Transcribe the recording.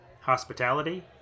hospitality